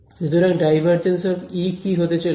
সুতরাং ∇E কি হতে চলেছে